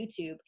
YouTube